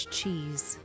cheese